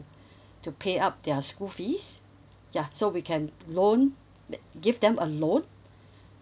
to pay up their school fees ya so we can loan give them a loan